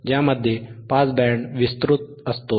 ज्यामध्ये pass band विस्तृत असतो